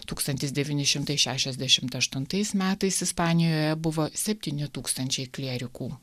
tūkstantis devyni šimtai šešiasdešim aštuntais metais ispanijoje buvo septyni tūkstančiai klierikų